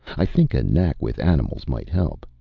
i think a knack with animals might help.